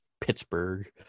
Pittsburgh